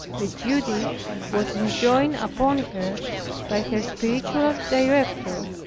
the duty was enjoined upon her by her spiritual director,